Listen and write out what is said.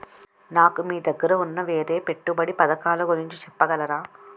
నాకు మీ దగ్గర ఉన్న వేరే పెట్టుబడి పథకాలుగురించి చెప్పగలరా?